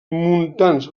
muntants